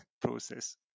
process